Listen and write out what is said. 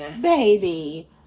baby